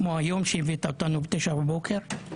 כמו היום שהבאת אותנו בתשע בבוקר.